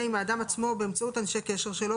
עם האדם עצמו או באמצעות אנשי קשר שלו,